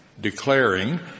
declaring